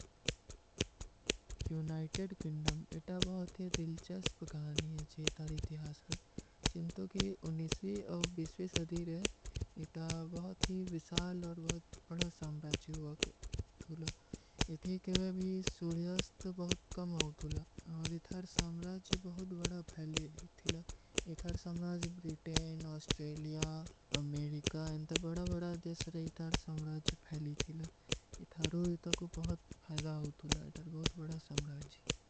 ଇତା ବହୁତ ଯେ ଦିଲ୍ଚେସ୍ପ ଗହାଣୀ ହୈ ଜିଏ ଥାର ଇତିହାସର। ଚିଂତୋ କୀ ଉନିସ୍ଵୀ ଔର ବୀଶ୍ଵୀ ସଦୀ ରହେ, ଇତା ବହୁତ ହୀ ଵିଶାଲ ଔର ବହୁତ ବଡା ସାମରାଜ ହୀ ହୁଆ କରତୁଲା। ଇତୀ କିଵେଂ ଭୀ ସୂର୍ଯସ୍ତ ବହୁତ କମ ହୋତୁଲା, ଔର ଇତାର ସାମରାଜ ବହୁତ ବଡା ଫୈଲୀ ଥୀଲା। ଇତାର ସାମରାଜ ବ୍ରିଟେନ, ଅସ୍ଟ୍ରେଲିଯା, ଅମେରିକା ଅଂତ ବଡା ବଡା ଦେଶ ରହୀ ଥାର ସାମରାଜ ଫୈଲୀ ଥୀଲା। ଇତାରୋଂ ଇତା କୋ ବହୁତ ଫୈଲା ହୋତୁଲା, ଇତାର ବହୁତ ବଡା ସାମରାଜ।